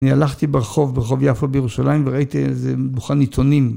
אני הלכתי ברחוב, ברחוב יפו בירושלים, וראיתי איזה דוכן עיתונים.